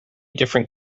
different